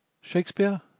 Shakespeare